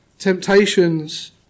Temptations